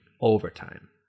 overtime